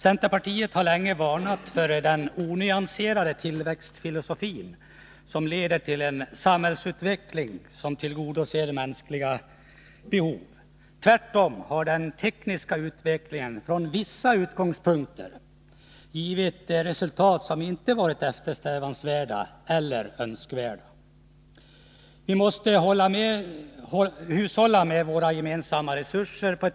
Centerpartiet har länge varnat för att tillämpningen av en onyanserad tillväxtfilosofi inte leder till en samhällsutveckling som tillgodoser mänskliga behov. Tvärtom har den tekniska utvecklingen givit resultat som från vissa utgångspunkter inte varit eftersträvansvärda eller önskvärda. Vi måste på ett bättre sätt hushålla med våra gemensamma resurser.